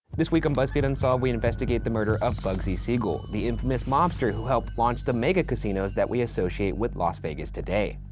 this week on buzzfeed unsolved, we investigate the murder of bugsy siegel, the infamous mobster who helped launch the mega casinos that we associate with las vegas today.